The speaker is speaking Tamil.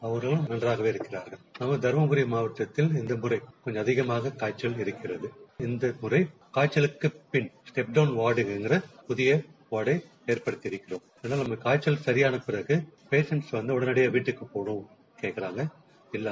அவர்களும் நன்றாகவே இருக்கிறார்கள் தருமடரி மாவட்டத்தில் இந்த முறை கொஞ்சம் அதிகமாக காய்ச்சல் இருக்கிறது இந்த முறை காய்ச்சலுக்குப் பிள் ஸ்டெப்டவுண் வார்டு என்ற புகிய வார்டை எற்படுத்தியிருக்கிரோம் காப்ச்சல் சரியான பிறகு பேஷிபள் உடனடியாக விட்டுக்குப் போகனும்னு கேங்கிறாங்கா